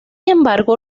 embargo